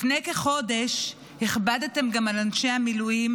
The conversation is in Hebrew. לפני כחודש הכבדתם גם על אנשי המילואים